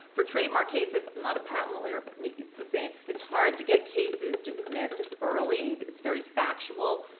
for trademark cases, i'm not a patent lawyer, but maybe it's the same, it's hard to get cases dismissed early. it's very factual.